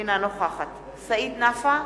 אינה נוכחת סעיד נפאע,